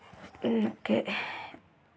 okay